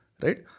right